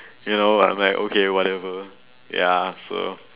you know I'm like okay whatever ya so